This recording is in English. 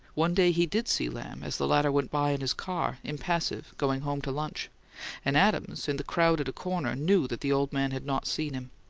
one day he did see lamb, as the latter went by in his car, impassive, going home to lunch and adams, in the crowd at a corner, knew that the old man had not seen him.